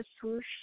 swoosh